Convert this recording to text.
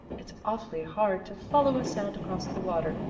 it's awfully hard to follow a sound across the water,